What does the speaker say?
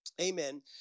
amen